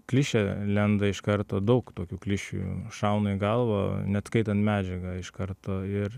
klišė lenda iš karto daug tokių klišių šauna į galvą net skaitant medžiagą iš karto ir